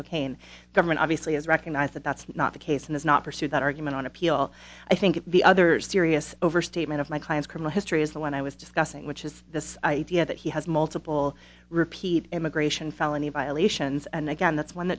cocaine the government obviously has recognized that that's not the case and is not pursued that argument on appeal i think the other serious overstatement of my client's criminal history is the one i was discussing which is this idea that he has multiple repeat immigration felony violations and again that's one